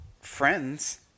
Friends